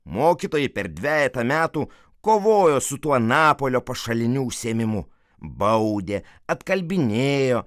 mokytojai per dvejetą metų kovojo su tuo anapolio pašaliniu užsiėmimu baudė apkalbinėjo